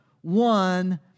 one